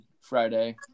friday